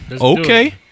Okay